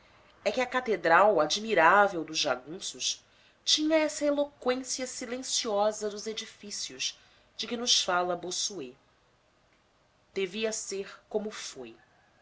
é que a catedral admirável dos jagunços tinha essa eloqüência silenciosa dos edifícios de que nos fala bossuet devia ser como foi